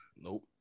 nope